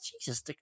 Jesus